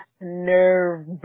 nerve